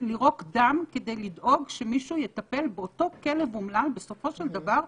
לירוק דם כדי לדאוג שמישהו יטפל באותו כלב אומלל בסופו של דבר,